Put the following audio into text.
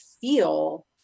feel